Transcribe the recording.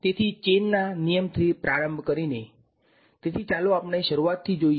તેથી ચેનના નિયમથી પ્રારંભ કરીને તેથી ચાલો આપણે શરૂઆતથી જોઈએ